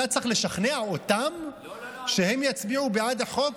אתה צריך לשכנע אותם שהם יצביעו בעד החוק?